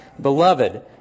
beloved